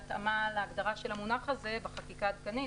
בהתאמה להגדרה של המונח הזה בחקיקה עדכנית